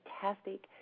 fantastic